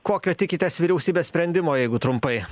kokio tikitės vyriausybės sprendimo jeigu trumpai